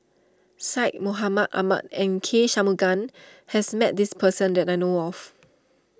Syed Mohamed Ahmed and K Shanmugam has met this person that I know of